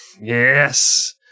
Yes